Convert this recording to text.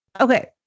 Okay